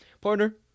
partner